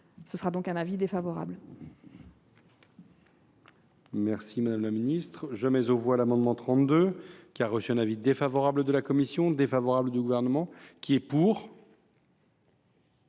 émet donc un avis défavorable.